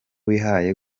wihaye